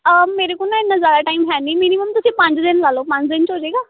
ਮੇਰੇ ਕੋਲ ਨਾ ਇੰਨਾ ਜ਼ਿਆਦਾ ਟਾਈਮ ਹੈ ਨਹੀਂ ਮੀਨੀਮਮ ਤੁਸੀਂ ਪੰਜ ਦਿਨ ਲਗਾ ਲਓ ਪੰਜ ਦਿਨ ਹੋ ਜਾਏਗਾ